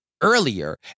earlier